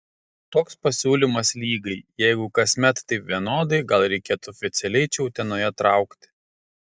toks pasiūlymas lygai jeigu kasmet taip vienodai gal reikėtų oficialiai čia utenoje traukti